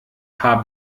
paar